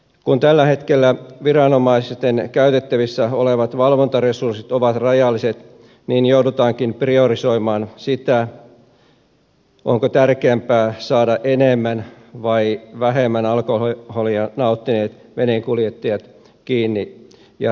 kun tällä hetkellä viranomaisten käytettävissä olevat valvontaresurssit ovat rajalliset niin joudutaankin priorisoimaan onko tärkeämpää saada enemmän vai vähemmän alkoholia nauttineet veneenkuljettajat kiinni ja rangaistuksi